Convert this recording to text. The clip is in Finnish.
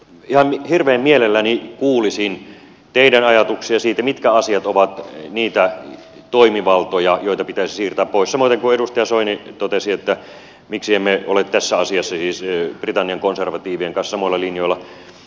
ihan hirveän mielelläni kuulisin teidän ajatuksianne siitä mitkä asiat ovat niitä toimivaltoja joita pitäisi siirtää pois samoiten kuin edustaja soini totesi että miksi emme ole tässä asiassa britannian konservatiivien kanssa samoilla linjoilla